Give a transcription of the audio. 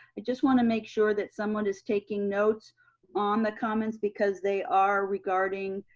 i just wanna make sure that someone is taking notes on the comments because they are regarding,